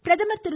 பிரதமர் திரு